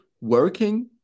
working